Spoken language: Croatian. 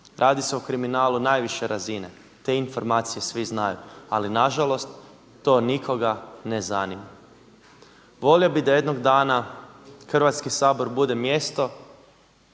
Radi se o kriminalu najviše razine, te informacije svi znaju ali nažalost to nikoga ne zanima. Volio bih da jednoga dana Hrvatski sabor bude mjesto